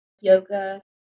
yoga